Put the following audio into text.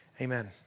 Amen